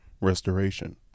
restoration